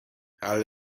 how